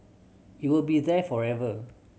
it will be there forever